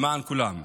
למען כולנו.